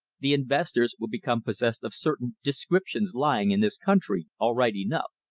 the investors will become possessed of certain descriptions lying in this country, all right enough.